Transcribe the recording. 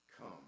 come